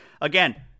Again